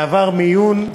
עבר מיון,